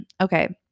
Okay